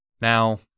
Now